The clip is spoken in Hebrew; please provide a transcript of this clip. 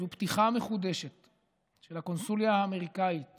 פתיחה המחודשת של הקונסוליה האמריקאית